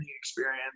experience